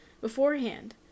beforehand